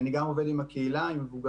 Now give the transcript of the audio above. אני גם עובד עם הקהילה, עם מבוגרים.